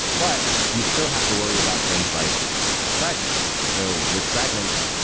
but you still have to worry about things like fragments. so with fragments,